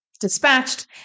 dispatched